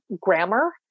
grammar